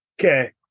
Okay